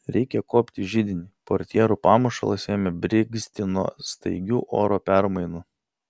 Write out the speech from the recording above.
reikia kuopti židinį portjerų pamušalas ėmė brigzti nuo staigių oro permainų